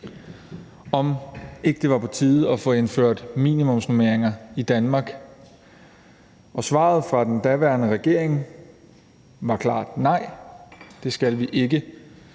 om ikke det var på tide at få indført minimumsnormeringer i Danmark. Og svaret fra den daværende regering var klart: Nej, det var det ikke.